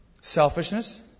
Selfishness